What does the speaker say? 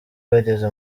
bageze